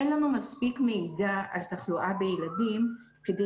אין לנו מספיק מידע על תחלואה בילדים כדי